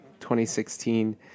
2016